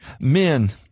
men